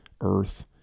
earth